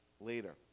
later